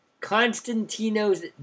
Constantino's